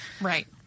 Right